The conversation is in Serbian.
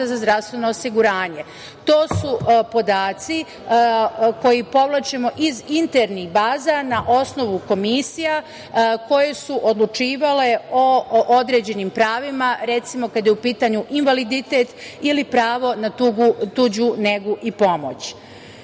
za zdravstveno osiguranje. To su podaci koje povlačimo iz internih baza na osnovu komisija koje su odlučivale o određenim pravima, recimo kada je u pitanju invaliditet ili pravo na tuđu negu i